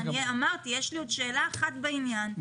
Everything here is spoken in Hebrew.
אמרתי שיש לי עוד שאלה אחת בעניין,